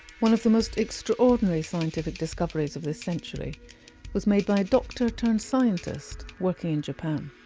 one of the most extraordinary scientific discoveries of this century was made by a doctor-turned-scientist working in japan.